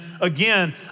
again